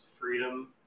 freedom